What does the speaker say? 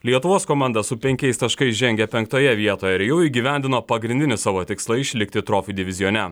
lietuvos komanda su penkiais taškais žengia penktoje vietoje ir jau įgyvendino pagrindinį savo tikslą išlikti trofi divizione